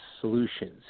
solutions